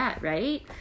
right